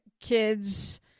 kids